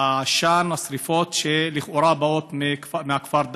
עשן השרפות שלכאורה באות מהכפר דהמש.